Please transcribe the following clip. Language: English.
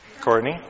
Courtney